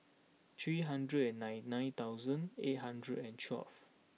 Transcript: three hundred and nine nine thousand eight hundred and twelve